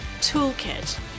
toolkit